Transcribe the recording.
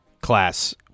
class –